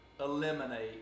eliminate